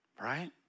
right